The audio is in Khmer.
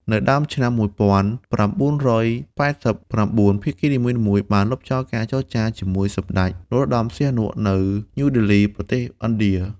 នៅដើមឆ្នាំ ១៩៨៩ ភាគីនីមួយៗបានលុបចោលការចរចាជាមួយសម្ដេច នរោត្តមសីហនុ នៅញូដេលី ប្រទេសឥណ្ឌា។